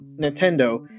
Nintendo